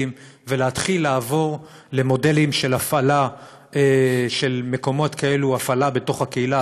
ולהתחיל לעבור למודלים של הפעלה של מקומות כאלה בתוך הקהילה.